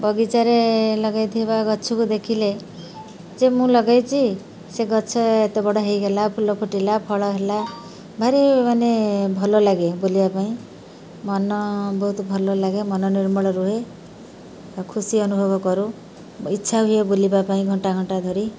ବଗିଚାରେ ଲଗେଇଥିବା ଗଛକୁ ଦେଖିଲେ ଯେ ମୁଁ ଲଗେଇଛି ସେ ଗଛ ଏତେ ବଡ଼ ହେଇଗଲା ଫୁଲ ଫୁଟିଲା ଫଳ ହେଲା ଭାରି ମାନେ ଭଲ ଲାଗେ ବୁଲିବା ପାଇଁ ମନ ବହୁତ ଭଲ ଲାଗେ ମନ ନିର୍ମଳ ରୁହେ ଆଉ ଖୁସି ଅନୁଭବ କରୁ ଇଚ୍ଛା ହୁଏ ବୁଲିବା ପାଇଁ ଘଣ୍ଟା ଘଣ୍ଟା ଧରି